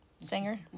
singer